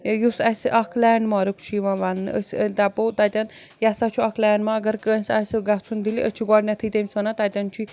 یُس اَسہِ اَکھ لینٛڈ مارٕک چھُ یِوان وَنٛنہٕ أسۍ دَپو تَتٮ۪ن یہِ ہسا چھُ اَکھ لینٛڈ مارٕک اَگر کٲنٛسہِ آسیو گژھُن دِلہِ أسۍ چھِ گۄڈٕنٮ۪تھٕے تٔمِس وَنان تَتٮ۪ن چھُے